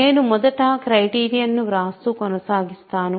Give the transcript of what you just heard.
నేను మొదట క్రైటీరియన్ను వ్రాస్తూ కొనసాగిస్తాను